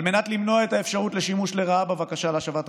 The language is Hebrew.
על מנת למנוע את האפשרות לשימוש לרעה בבקשה להשבת אפוטרופסות,